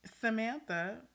Samantha